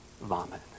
vomit